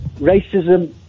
racism